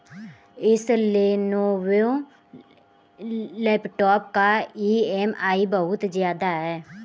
इस लेनोवो लैपटॉप का ई.एम.आई बहुत ज्यादा है